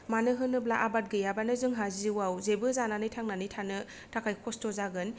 मानो होनोब्ला आबाद गैयाबानो जोंहा जिउआव जेबो जानानै थांनानै थानो थाखाय कस्त' जागोन